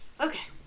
Okay